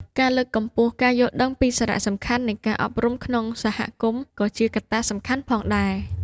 ការលើកកម្ពស់ការយល់ដឹងពីសារៈសំខាន់នៃការអប់រំក្នុងសហគមន៍ក៏ជាកត្តាសំខាន់ផងដែរ។